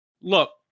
look